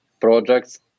projects